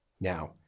Now